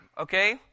okay